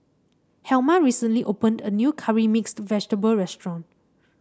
helma recently opened a new Curry Mixed Vegetable restaurant